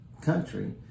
country